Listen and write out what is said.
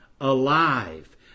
alive